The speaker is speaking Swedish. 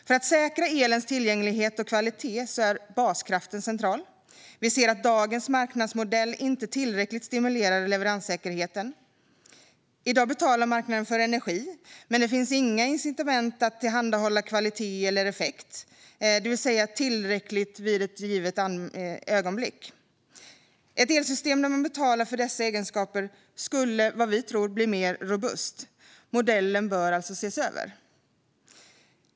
För att säkra elens tillgänglighet och kvalitet är baskraften central. Vi ser att dagens marknadsmodell inte tillräckligt stimulerar leveranssäkerheten. I dag betalar marknaden för energi, men det finns inga incitament att tillhandahålla kvalitet eller effekt, det vill säga tillräckligt vid ett angivet ögonblick. Ett elsystem där man betalar för dessa egenskaper skulle, tror vi, bli mer robust. Modellen bör alltså ses över.